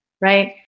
right